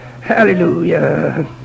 hallelujah